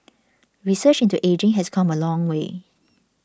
research into ageing has come a long way